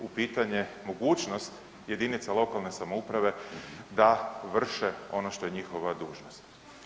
pitanje mogućnost jedinica lokalne samouprave da vrše ono što je njihova dužnost.